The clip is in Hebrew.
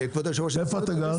איפה אתה גר?